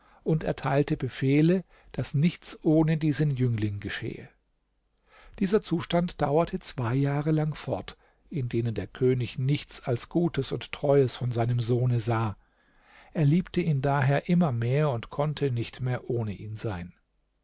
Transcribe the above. und erteilte befehle daß nichts ohne diesen jüngling geschehe dieser zustand dauerte zwei jahre lang fort in denen der könig nichts als gutes und treues von seinem sohne sah er liebte ihn daher immer mehr und konnte nicht mehr ohne ihn sein